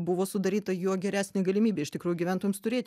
buvo sudaryta juo geresnė galimybė iš tikrųjų gyventojams turėti